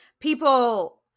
people